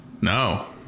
No